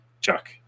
Chuck